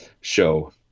show